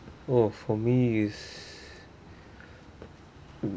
oh for me is